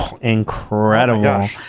incredible